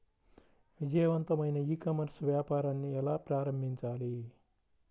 విజయవంతమైన e commerce వ్యాపారాన్ని ఎలా ప్రారంభించాలి?